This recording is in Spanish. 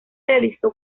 realizó